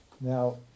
Now